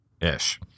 Ish